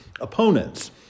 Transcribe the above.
opponents